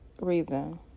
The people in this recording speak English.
reason